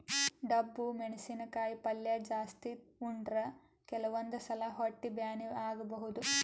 ಡಬ್ಬು ಮೆಣಸಿನಕಾಯಿ ಪಲ್ಯ ಜಾಸ್ತಿ ಉಂಡ್ರ ಕೆಲವಂದ್ ಸಲಾ ಹೊಟ್ಟಿ ಬ್ಯಾನಿ ಆಗಬಹುದ್